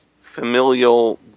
familial